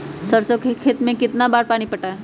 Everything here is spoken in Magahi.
सरसों के खेत मे कितना बार पानी पटाये?